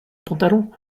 pantalon